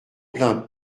plains